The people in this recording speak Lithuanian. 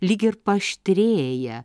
lyg ir paaštrėja